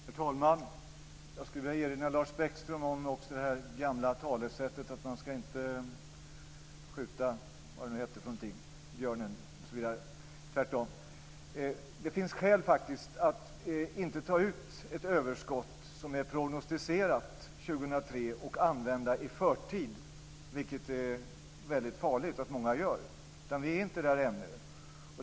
Herr talman! Jag skulle vilja erinra Lars Bäckström om det gamla talesättet att man inte ska skjuta björnen, osv. Tvärtom. Det finns skäl att inte ta ut ett överskott som är prognostiserat 2003 och använda i förtid. Det är väldigt farligt att många gör det. Vi är inte där ännu.